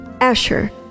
Asher